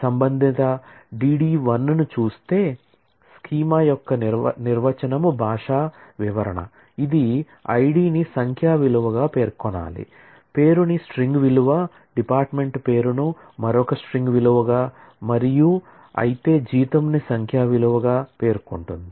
సంబంధిత DD l ను చూస్తే స్కీమా యొక్క నిర్వచనం భాషా వివరణ ఇది ID ని సంఖ్యా విలువగా పేర్కొనాలి పేరు ని స్ట్రింగ్ విలువ డిపార్ట్మెంట్ పేరును మరొక స్ట్రింగ్ విలువగా మరియు అయితే జీతం ని సంఖ్యా విలువగా పేర్కొంటుంది